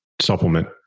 supplement